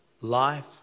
life